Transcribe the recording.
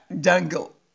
jungle